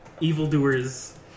evildoers